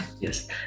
Yes